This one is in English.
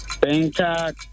Bangkok